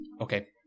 Okay